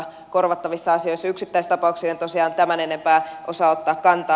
yksittäistapauksiin en tosiaan tämän enempää osaa ottaa kantaa